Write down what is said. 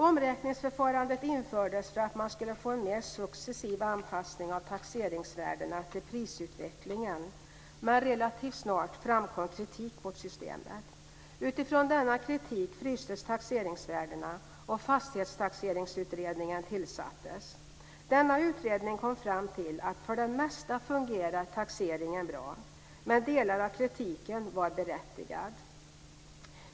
Omräkningsförfarandet infördes för att man skulle få en mer successiv anpassning av taxeringsvärdena till prisutvecklingen, men relativt snart framkom kritik mot systemet. Utifrån denna kritik frystes taxeringsvärdena och Fastighetstaxeringsutredningen tillsattes. Denna utredning kom fram till att för det mesta fungerar taxeringen bra, men delar av kritiken var berättigad.